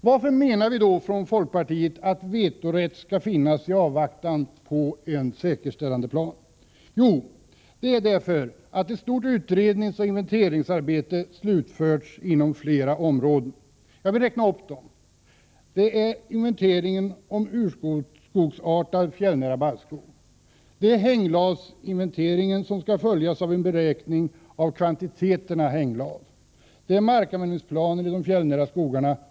Varför menar vi då i folkpartiet att vetorätt skall finnas i avvaktan på en säkerställandeplan? Jo, det är därför att ett stort utredningsoch inventeringsarbete har slutförts inom flera områden. Jag vill räkna upp dem: Det är inventeringen av urskogsartad fjällnära barrskog. Det är hänglavsinventeringen, som skall följas av en beräkning av kvantiteterna hänglav. Det är markanvändningsplaner i de fjällnära skogarna.